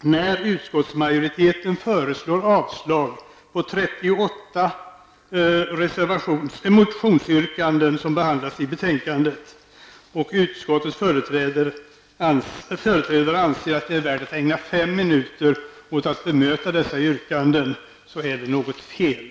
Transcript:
när utskottsmajoriteten föreslår avslag på samtliga 38 motionsyrkanden som behandlas i betänkandet och utskottets företrädare anser det vara värt att ägna fem minuter till att bemöta samtliga dessa yrkanden. Då är det något fel.